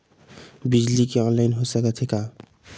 बिजली के ऑनलाइन हो सकथे का?